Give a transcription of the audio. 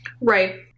Right